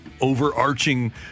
overarching